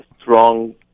strong